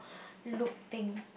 loop thing